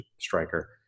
Striker